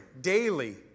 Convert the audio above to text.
daily